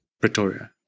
Pretoria